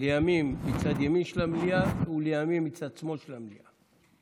ימים מצד ימין של המליאה וימים מצד שמאל של המליאה.